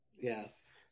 Yes